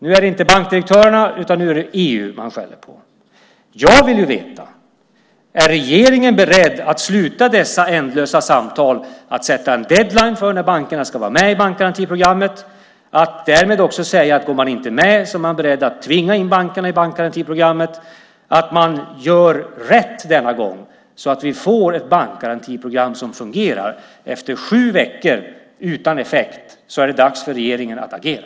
Nu är det inte bankdirektörerna utan EU man skäller på. Jag vill veta: Är regeringen beredd att sluta dessa ändlösa samtal, att sätta en deadline för när bankerna ska vara med i bankgarantiprogrammet, att därmed också säga att om bankerna inte går med är man beredd att tvinga in dem i bankgarantiprogrammet, så att man gör rätt denna gång och vi får ett bankgarantiprogram som fungerar? Efter sju veckor utan effekt är det dags för regeringen att agera.